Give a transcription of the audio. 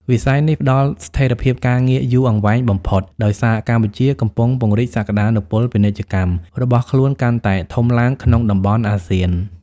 វិស័យនេះផ្តល់ស្ថិរភាពការងារយូរអង្វែងបំផុត ដោយសារកម្ពុជាកំពុងពង្រីកសក្តានុពលពាណិជ្ជកម្មរបស់ខ្លួនកាន់តែធំឡើងក្នុងតំបន់អាស៊ាន។